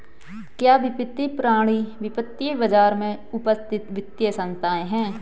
क्या वित्तीय प्रणाली वित्तीय बाजार में उपस्थित वित्तीय संस्थाएं है?